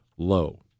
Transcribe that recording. low